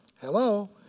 Hello